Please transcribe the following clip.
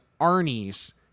arnie's